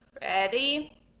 ready